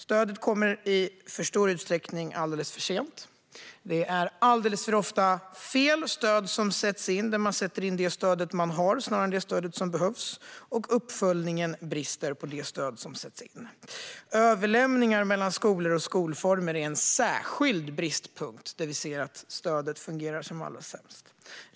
Stödet kommer i för stor utsträckning alldeles för sent. Det är alldeles för ofta fel stöd som sätts in. Man sätter in det stöd man har snarare än det stöd som behövs. Och uppföljningen brister när det gäller det stöd som sätts in. Överlämningar mellan skolor och skolformer är en särskild bristpunkt. Där ser vi att stödet fungerar som allra sämst.